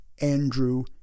Andrew